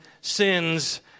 sin's